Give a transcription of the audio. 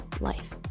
life